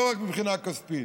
לא רק מבחינה כספית.